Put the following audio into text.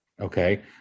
Okay